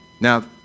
now